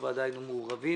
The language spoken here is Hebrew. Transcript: בוועדה היינו מעורבים,